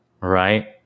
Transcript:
right